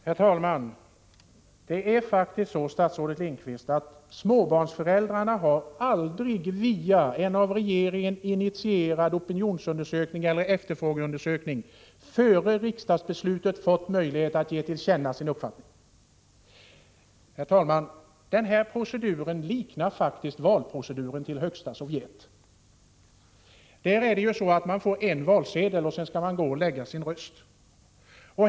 Herr talman! Det är faktiskt så, statsrådet Lindqvist, att småbarnsföräldrarna aldrig via en av regeringen initierad opinionseller efterfrågeundersökning före riksdagsbeslutet har haft någon möjlighet att ge till känna sin uppfattning. Herr talman! Det här proceduren liknar faktiskt valproceduren till högsta Sovjet. Där är det ju så att man får en valsedel och sedan skall gå och lägga sin röst.